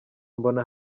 mbona